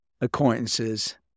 acquaintances